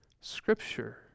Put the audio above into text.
Scripture